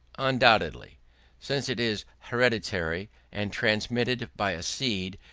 undoubtedly since it is hereditary and transmitted by a seed,